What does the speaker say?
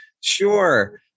Sure